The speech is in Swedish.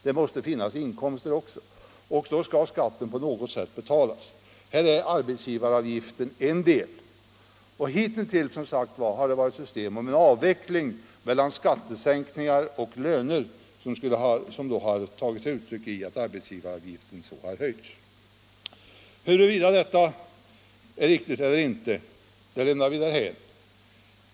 Det måste finnas inkomster också, och då skall skatten på något sätt betalas. Här är arbetsgivaravgiften en del. Hittills har det som sagt varit fråga om en avvägning mellan skattesänkningar och löner, som då har tagit sig uttryck i att arbetsgivaravgiften har höjts. Huruvida detta är riktigt eller inte lämnar vi därhän.